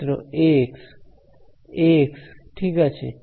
ছাত্র Ax Ax ঠিক আছে